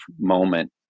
moment